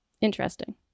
Interesting